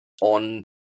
on